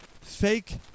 fake